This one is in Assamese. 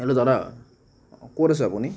হেল্ল' দাদা ক'ত আছে আপুনি